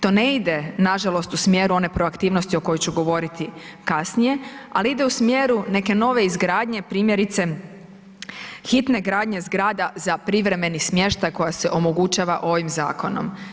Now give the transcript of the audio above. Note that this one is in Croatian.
To ne ide nažalost u smjeru one proaktivnosti o kojoj ću govoriti kasnije, ali ide u smjeru neke nove izgradnje primjerice hitne gradnje zgrada za privremeni smještaj koja se omogućava ovim zakonom.